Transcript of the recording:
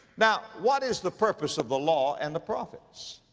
now, what is the purpose of the law and the prophets?